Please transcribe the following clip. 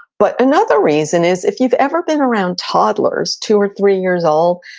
but another reason is, if you've ever been around toddlers, two or three years old,